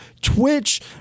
Twitch